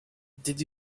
did